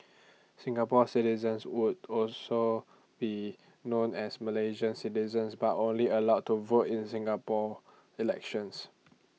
Singapore citizens would also be known as Malaysian citizens but only allowed to vote in Singapore elections